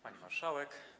Pani Marszałek!